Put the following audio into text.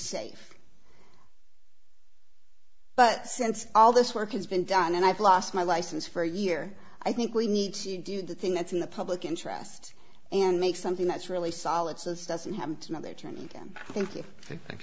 safe but since all this work has been done and i've lost my license for a year i think we need to do the thing that's in the public interest and make something that's really solid so as doesn't happen to mother turn